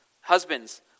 husbands